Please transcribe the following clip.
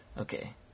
Okay